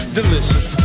delicious